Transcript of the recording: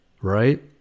right